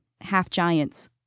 half-giants